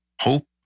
hope